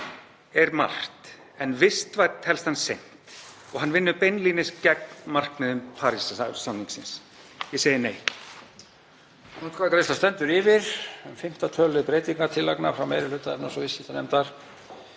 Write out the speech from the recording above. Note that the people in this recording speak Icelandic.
er margt en vistvænn telst hann seint og hann vinnur beinlínis gegn markmiðum Parísarsamningsins. Ég segi nei.